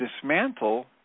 dismantle